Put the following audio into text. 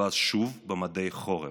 ואז שוב מדי חורף,